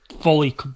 fully